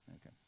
Okay